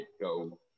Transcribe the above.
go